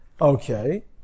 Okay